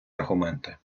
аргументи